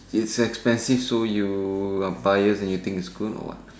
it's expensive so you are biased when you think is good or what